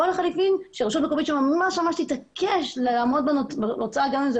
או לחילופין שהרשות המקומית שממש תתעקש לעמוד בהוצאה גם אם זה